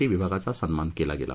T विभागाचा सन्मान केला गेला